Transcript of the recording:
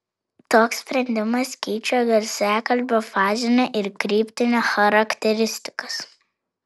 toks sprendimas keičia garsiakalbio fazinę ir kryptinę charakteristikas